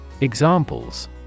Examples